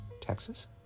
Texas